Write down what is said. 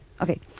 Okay